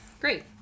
Great